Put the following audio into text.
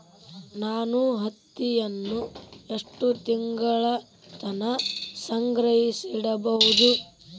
ನಾನು ಹತ್ತಿಯನ್ನ ಎಷ್ಟು ತಿಂಗಳತನ ಸಂಗ್ರಹಿಸಿಡಬಹುದು?